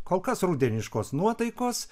kol kas rudeniškos nuotaikos